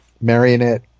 Marionette